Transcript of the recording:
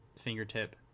fingertip